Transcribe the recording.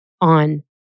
on